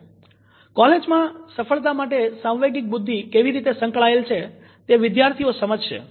મહાવિદ્યાલયકોલેજમાં સફળતા માટે સાંવેગિક બુદ્ધિ કેવી રીતે સંકળાયેલ છે તે વિદ્યાર્થીઓ સમજશે